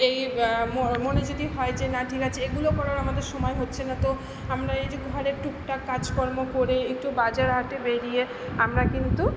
এই মনে যদি হয় যে না ঠিক আছে এগুলো করার আমাদের সময় হচ্ছে না তো আমরা এই যো ঘরের টুকটাক কাজকর্ম করে একটু বাজারহাটে বেরিয়ে আমরা কিন্তু